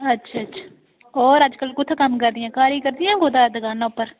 अच्छा अच्छा होर अज्जकल कुत्थें कम्म करदियां घर ई करदियां जां कुतै दकानां उप्पर